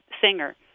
singer